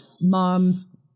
mom